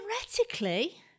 theoretically